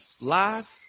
live